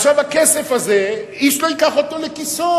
עכשיו, הכסף הזה, איש לא ייקח אותו לכיסו,